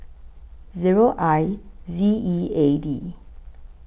Zero I Z E A D